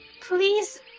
Please